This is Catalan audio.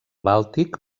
bàltic